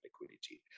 liquidity